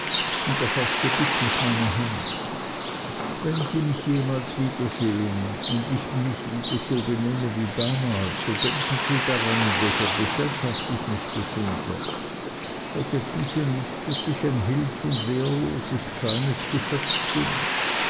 und erfaßte bittend meine hand wenn sie mich jemals wiedersehen und ich mich wieder so benehme wie damals so denken sie daran in welcher gesellschaft ich mich befinde vergessen sie nicht daß ich ein hilf und wehrloses kleines geschöpf bin